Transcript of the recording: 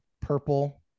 purple